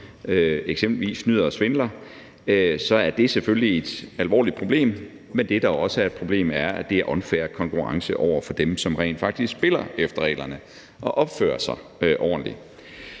eksempelvis snyder og svindler, er det selvfølgelig et alvorligt problem, men det, der også er et problem, er, at det er unfair konkurrence over for dem, der rent faktisk spiller efter reglerne og opfører sig ordentligt.